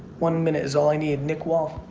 one minute is all i need nick wall.